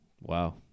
wow